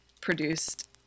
produced